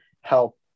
help